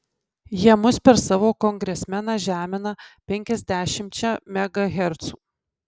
jie mus per savo kongresmeną žemina penkiasdešimčia megahercų